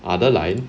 other line